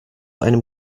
einem